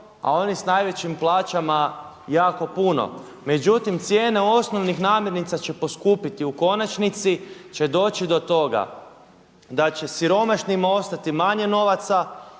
a oni s najvećim plaćama jako puno. Međutim, cijene osnovnih namirnica će poskupiti. U konačnici će doći do toga da će siromašnima ostati manje novaca,